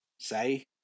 Say